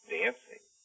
dancing